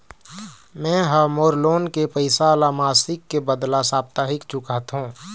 में ह मोर लोन के पैसा ला मासिक के बदला साप्ताहिक चुकाथों